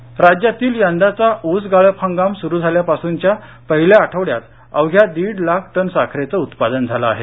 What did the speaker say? गाळप राज्यातील यंदाचा ऊस गाळप हंगाम सुरु झाल्यापासूनच्या पहिल्या आठवड्यात अवघ्या दीड लाख टन साखरेचं उत्पादन झालं आहे